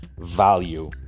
value